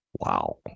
Wow